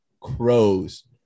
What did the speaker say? Crows